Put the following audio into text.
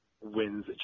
wins